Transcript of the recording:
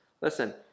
Listen